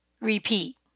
Repeat